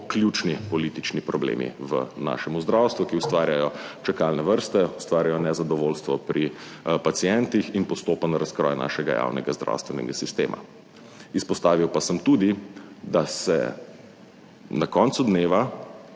ključni politični problemi v našem zdravstvu, ki ustvarjajo čakalne vrste, ustvarjajo nezadovoljstvo pri pacientih in postopen razkroj našega javnega zdravstvenega sistema. Izpostavil pa sem tudi, da se na koncu dneva